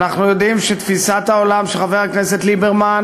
אנחנו יודעים שתפיסת העולם של חבר הכנסת ליברמן